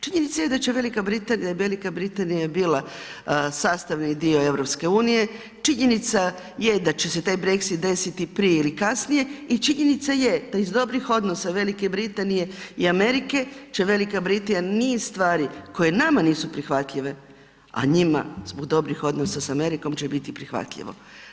Činjenica je da će Velika Britanija jer Velika Britanija je bila sastavni dio EU-a, činjenica je da će se taj Brexit desiti prije ili kasnije i činjenica je da iz dobrih odnosa Velike Britanije i Amerike će Velika Britanija niz stvari koje nama nisu prihvatljive a njima zbog dobrih odnosa sa Amerikom će biti prihvatljivo.